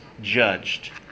judged